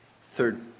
third